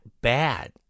bad